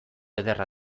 ederra